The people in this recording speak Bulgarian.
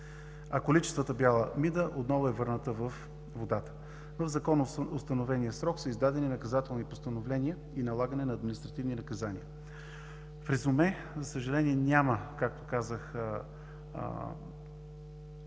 Количествата бяла мида отново е върната във водата. В законоустановения срок са издадени наказателни постановления и налагане на административни наказания. В резюме, за съжаление няма, както казах,